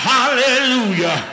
Hallelujah